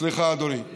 סליחה, אדוני.